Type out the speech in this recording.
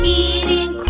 eating